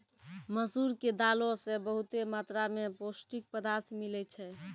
मसूर के दालो से बहुते मात्रा मे पौष्टिक पदार्थ मिलै छै